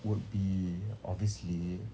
would be obviously